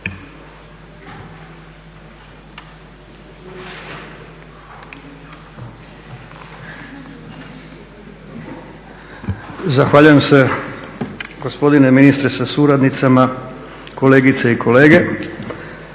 Zahvaljujem se gospodine ministre sa suradnicama, kolegice i kolege.